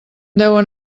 deuen